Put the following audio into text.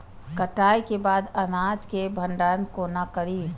कटाई के बाद अनाज के भंडारण कोना करी?